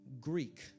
Greek